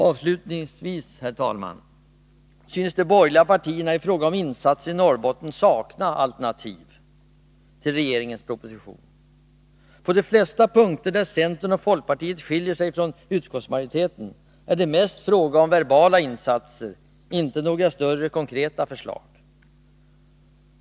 Avslutningsvis, herr talman, synes de borgerliga partierna i fråga om insatserna i Norrbotten sakna alternativ till regeringens proposition. På de flesta punkter där centern och folkpartiet skiljer sig från utskottsmajoriteten är det mest fråga om verbala insatser, inte några större konkreta förslag.